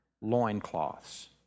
loincloths